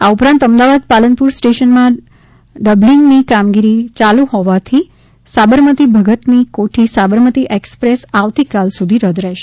આ ઉપરાંત અમદાવાદ પાલનપુર સ્ટેશનમાં ડબ્લિંગની કામગીરી યાલુ હોવાથી સાબરમતી ભગતની કોઠી સાબરમતી એક્સપ્રેસ આવતીકાલ સુધી રદ રહેશે